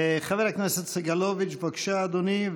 חבר הכנסת סגלוביץ', בבקשה, אדוני.